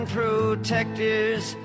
protectors